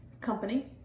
company